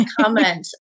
comment